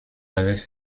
avaient